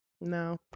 No